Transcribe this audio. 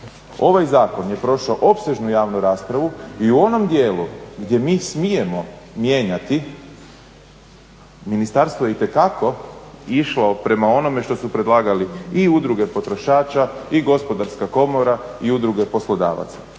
Ovaj zakon je prošao opsežnu javnu raspravu i u onom dijelu gdje mi smijemo mijenjati ministarstvo je itekako išlo prema onome što su predlagali i udruge potrošača i Gospodarska komora i udruge poslodavaca.